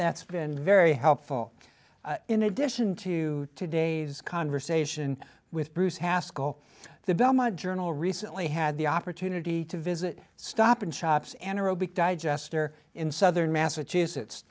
that's been very helpful in a dish into today's conversation with bruce haskell the belmont journal recently had the opportunity to visit stop and shops an aerobics digester in southern massachusetts